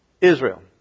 Israel